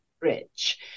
rich